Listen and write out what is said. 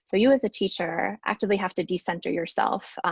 so you as a teacher actively have to de-center yourself.